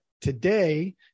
today